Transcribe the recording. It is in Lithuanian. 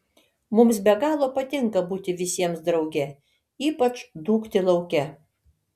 mums be galo patinka būti visiems drauge ypač dūkti lauke